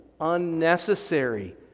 unnecessary